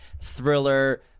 thriller